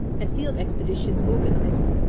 and field expeditions organized.